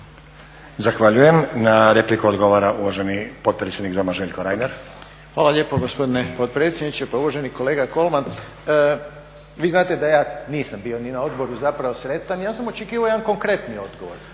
Zahvaljujem. Na repliku odgovara uvaženi potpredsjednik Doma Željko Reiner. **Reiner, Željko (HDZ)** Hvala lijepo gospodine potpredsjedniče. Pa uvaženi kolega Kolman vi znate da ja nisam bio ni na odboru zapravo sretan, ja sam očekivao jedan konkretni odgovor.